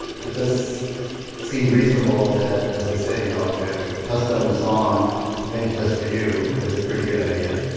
it does seem reasonable that as they say you know like ah a custom song made just for you is a pretty good ideal,